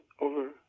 Over